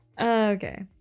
Okay